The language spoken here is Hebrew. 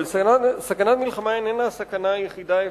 אבל סכנת מלחמה איננה הסכנה היחידה האפשרית,